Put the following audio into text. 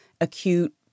acute